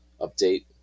update